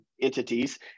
entities